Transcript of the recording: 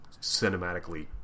cinematically